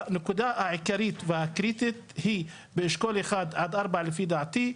הנקודה העיקרית והקריטית היא שבאשכול 1-4 לפי דעתי,